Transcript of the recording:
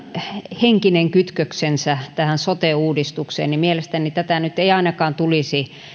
henkinen kytköksensä tähän sote uudistukseen niin mielestäni tätä nyt ei ainakaan tulisi